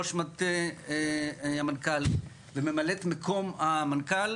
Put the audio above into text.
ראשד מטה המנכ"ל וממלאת מקום המנכ"ל